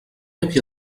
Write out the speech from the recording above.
havia